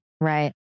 Right